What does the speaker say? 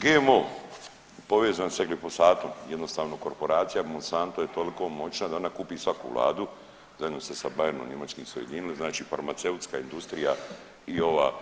GMO povezan sa glifosatom jednostavno korporacija Monsanto je toliko moćna da ona kupi svaku vladu zajedno sa Bayernom njemačkim se ujedinili, znači farmaceutska industrija i ova